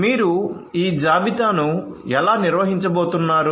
మీరు ఈ జాబితాను ఎలా నిర్వహించబోతున్నారు